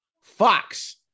Fox